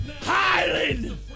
Highland